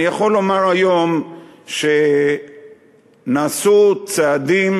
אני יכול לומר היום שנעשו צעדים